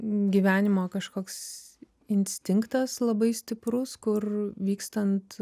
gyvenimo kažkoks instinktas labai stiprus kur vykstant